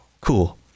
cool